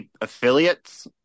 affiliates